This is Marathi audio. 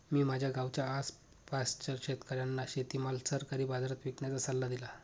मी माझ्या गावाच्या आसपासच्या शेतकऱ्यांना शेतीमाल सरकारी बाजारात विकण्याचा सल्ला दिला